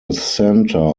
center